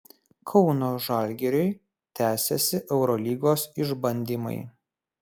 kauno žalgiriui tęsiasi eurolygos išbandymai